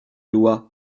loi